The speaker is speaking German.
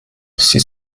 sie